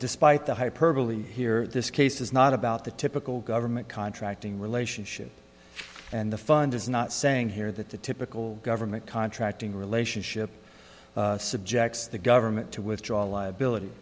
despite the hyperbole here this case is not about the typical government contracting relationship and the fund is not saying here that the typical government contracting relationship subjects the government to withdraw liability